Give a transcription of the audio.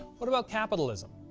what about capitalism?